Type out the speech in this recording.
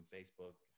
Facebook